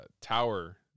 tower